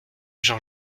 jean